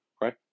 right